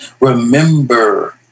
Remember